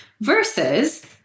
Versus